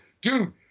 dude